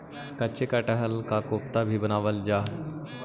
कच्चे कटहल का कोफ्ता भी बनावाल जा हई